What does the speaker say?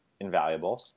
Invaluable